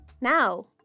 now